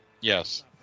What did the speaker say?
Yes